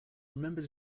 remember